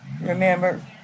Remember